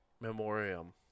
memoriam